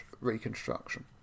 reconstruction